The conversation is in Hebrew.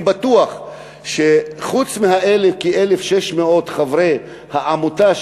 אני בטוח שחוץ מכ-1,600 חברי העמותה,